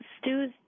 Stu's